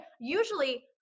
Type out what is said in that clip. Usually